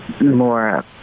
more